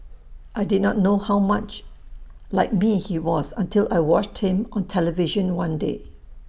I did not know how much like me he was until I watched him on television one day